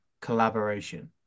collaboration